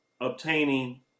obtaining